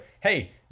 hey